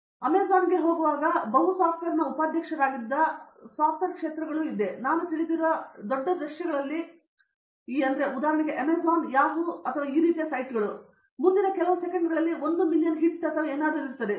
ಕಾಮಕೋಟಿ ಅಮೆಜಾನ್ಗೆ ಹೋಗುವಾಗ ಬಹು ಸಾಫ್ಟ್ವೇರ್ನ ಉಪಾಧ್ಯಕ್ಷರಾಗಿದ್ದ ಸಾಫ್ಟ್ವೇರ್ ಕ್ಷೇತ್ರಗಳು ನಾನು ತಿಳಿದಿರುವ ದೊಡ್ಡ ದೃಶ್ಯಗಳಲ್ಲಿ ಮೂರು ಏಕೆ ಅಮೆಜಾನ್ ಅಥವಾ ಯಾಹೂ ಅಥವಾ ಈ ರೀತಿಯ ಸೈಟ್ಗಳು ಮುಂದಿನ ಕೆಲವು ಸೆಕೆಂಡುಗಳಲ್ಲಿ ಒಂದು ಮಿಲಿಯನ್ ಹಿಟ್ ಅಥವಾ ಏನಾದರೂ ಇರುತ್ತದೆ